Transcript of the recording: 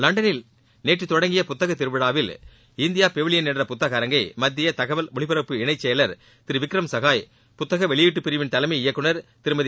லண்டனில் நேற்று தொடங்கிய புத்தகத் திருவிழாவில் இந்தியா பெவிலியன் என்ற புத்தக அரங்கை மத்திய தகவல் ஒலிபரப்பு இணை செயல் திரு விக்ரம் சகாய் புத்தக வெளியிட்டு பிரிவின் தலைமை இயக்குநர் திருமதி